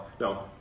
No